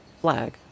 flag